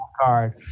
card